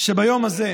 שביום הזה,